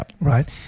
right